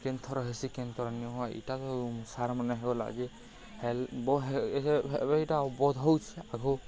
କେନ୍ଥର ହେସି କେନ୍ଥର ନିୁ ହୁଏ ଇଟା ତ ସାର୍ମାନେ ହେଇଗଲା ଯେ ହେଲ୍ ଇଟା ବୋଧ ହଉଛେ ଆଗ